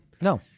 No